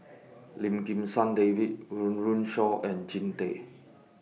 Lim Kim San David Run Run Shaw and Jean Tay